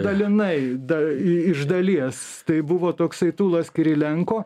dalinai iš dalies tai buvo toksai tūlas kirilenko